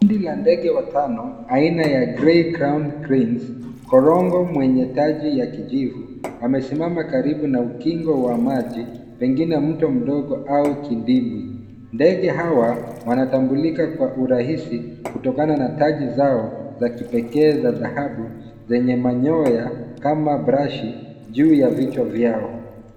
Kundi la ndege watano aina ya grey crowned crane . Korongo mwenye taji ya kijivu amesema karibu na ukingo wa maji pengine mto mdogo au kidimbwii. Ndege hawa wanatambulika kwa urahisi kutokana na taji zao za kipekee za dhahabu zenye manyoya kama brashi juu ya vichwa vyao.